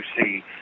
see